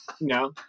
No